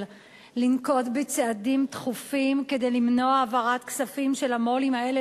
לנקוט צעדים דחופים כדי למנוע העברת כספים של המו"לים האלה